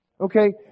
Okay